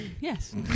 Yes